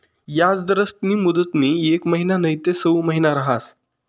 याजदरस्नी मुदतनी येक महिना नैते सऊ महिना रहास